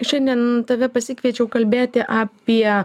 šiandien tave pasikviečiau kalbėti apie